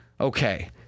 Okay